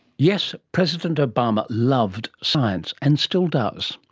yes, president obama loved science and still does.